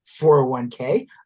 401k